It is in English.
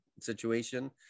situation